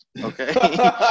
Okay